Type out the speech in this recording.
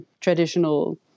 traditional